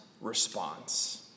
response